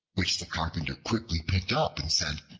which the carpenter quickly picked up and said,